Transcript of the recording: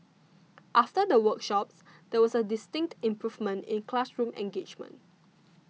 after the workshops there was a distinct improvement in classroom engagement